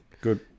Good